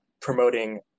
promoting